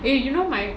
eh you know my